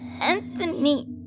Anthony